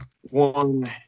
one